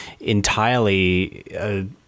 entirely